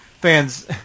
fans